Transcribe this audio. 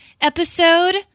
Episode